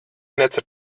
netze